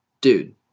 dude